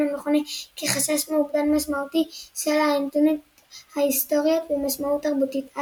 מכנה כ"חשש מאובדן משמעותי של אותנטיות היסטורית ומשמעות תרבותית,